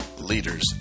leaders